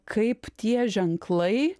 kaip tie ženklai